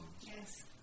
Yes